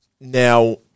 Now